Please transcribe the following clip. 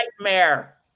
nightmare